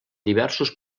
diversos